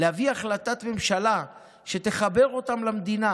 כדי להביא החלטת ממשלה שתחבר אותם למדינה